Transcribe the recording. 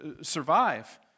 survive